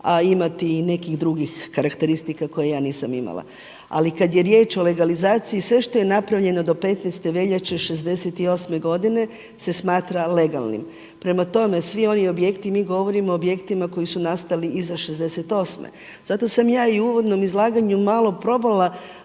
a imati i nekih drugih karakteristika koje ja nisam imala. Ali kada je riječ o legalizaciji, sve što je napravljeno do 15. veljače 68. godine se smatra legalnim. Prema tome, svi oni objekti i mi govorimo o objektima koji su nastali iz 68. Zato sam ja i u uvodnom izlaganju malo probala